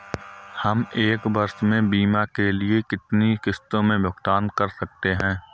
हम एक वर्ष में बीमा के लिए कितनी किश्तों में भुगतान कर सकते हैं?